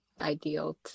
ideal